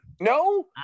No